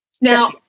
Now